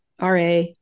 RA